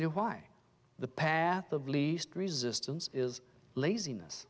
you why the path of least resistance is laziness